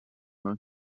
mag